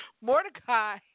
Mordecai